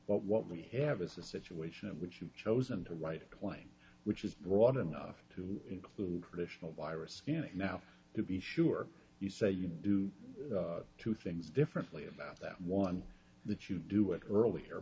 but what we have is a situation in which you've chosen to write a claim which is broad enough to include traditional virus scanning now to be sure you say you do two things differently about that one that you do it earlier